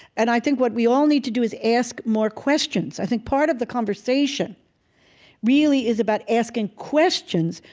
and i think what we all need to do is ask more questions. i think part of the conversation really is about asking questions,